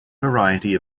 variety